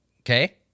Okay